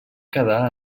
quedar